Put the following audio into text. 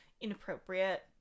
inappropriate